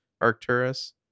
Arcturus